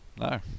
No